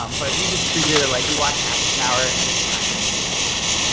um but we just treated it, like we watched half an hour at a time when we had time.